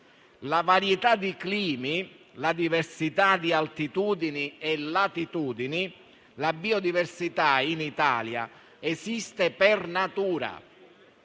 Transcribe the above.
la varietà di climi, la diversità di altitudini e latitudini, la biodiversità in Italia esiste per natura.